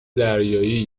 دریایی